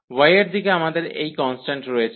Y এর দিকে আমাদের এই কন্সট্যান্ট রয়েছে